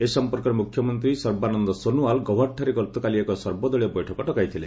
ଏ ସଂପର୍କରେ ମୁଖ୍ୟମନ୍ତ୍ରୀ ସର୍ବାନନ୍ଦ ସୋନୱଲ ଗୌହାଟିଠାରେ ଗତକାଲି ଏକ ସର୍ବଦଳୀୟ ବୈଠକ ଡକାଇଥିଲେ